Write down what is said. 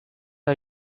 are